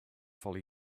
follow